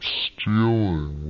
stealing